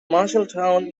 marshalltown